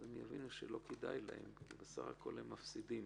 הם יבינו שלא כדאי להם כי בסך-הכול הם מפסידים.